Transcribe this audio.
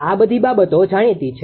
આ બધી બાબતો જાણીતી છે